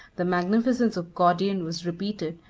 the magnificence of gordian was repeated,